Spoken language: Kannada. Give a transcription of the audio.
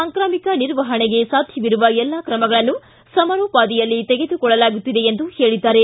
ಸಾಂಕ್ರಾಮಿಕ ನಿರ್ವಹಣೆಗೆ ಸಾಧ್ಯವಿರುವ ಎಲ್ಲ ಕ್ರಮಗಳನ್ನು ಸಮರೋಪಾದಿಯಲ್ಲಿ ತೆಗೆದುಕೊಳ್ಳಲಾಗುತ್ತಿದೆ ಎಂದು ಹೇಳಿದ್ದಾರೆ